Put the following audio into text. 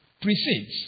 precedes